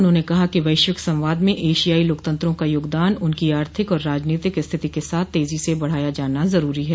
उन्होंने कहा कि वैश्विक संवाद में एशियाई लोकतंत्रों का योगदान उनकी आर्थिक और राजनीतिक स्थिति के साथ तेजी से बढ़ाया जाना जरूरी है